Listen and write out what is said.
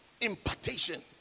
Impartation